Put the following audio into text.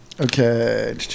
Okay